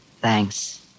thanks